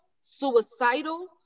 suicidal